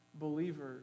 believers